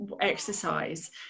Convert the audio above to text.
exercise